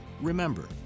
remember